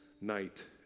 night